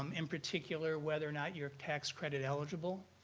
um in particular, whether or not you're tax credit eligible.